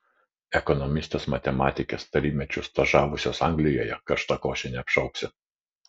ekonomistės matematikės tarybmečiu stažavusios anglijoje karštakoše neapšauksi